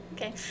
Okay